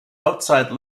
outside